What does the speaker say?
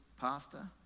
pastor